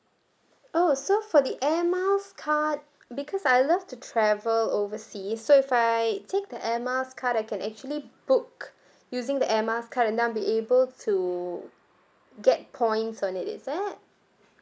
oh so for the Air Miles card because I love to travel overseas so if I take the Air Miles card I can actually book using the Air Miles card and then I'll be able to get points on it is that